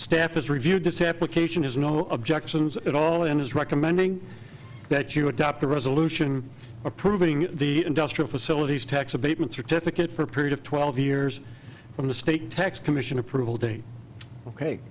staff is reviewed to separate cation is no objections at all and is recommending that you adopt a resolution approving the industrial facilities tax abatement certificate for a period of twelve years from the state tax commission approval date ok